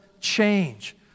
change